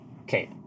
okay